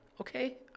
Okay